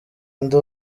ndi